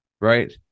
right